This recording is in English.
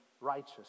righteous